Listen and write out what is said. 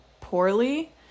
poorly